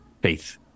faith